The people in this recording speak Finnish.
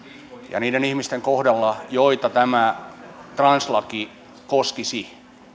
ja niiden ihmisten kohdalla joita tämä translaki koskisi